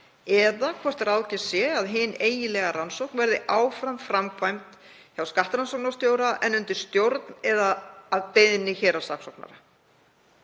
eða hvort ráðgert sé að hin eiginlega rannsókn verði áfram framkvæmd hjá skattrannsóknarstjóra en undir stjórn eða að beiðni héraðssaksóknara.